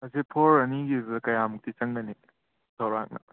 ꯑꯁꯤ ꯐ꯭ꯂꯣꯔ ꯑꯅꯤꯗꯨꯗ ꯀꯌꯥꯃꯨꯛꯇꯤ ꯆꯪꯒꯅꯤ ꯆꯥꯎꯔꯥꯛꯅ